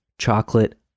Chocolate